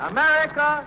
America